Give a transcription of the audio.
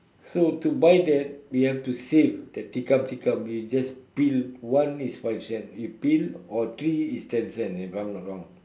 so to buy that we have to save that tikam tikam we just peel one is five cents you peel or three is ten cents if I'm not wrong